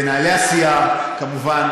מנהלי הסיעה כמובן,